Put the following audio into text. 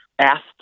Asked